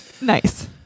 Nice